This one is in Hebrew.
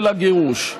של הגירוש.